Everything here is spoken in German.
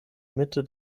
mitte